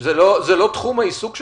זה לא תחום העיסוק שלכם?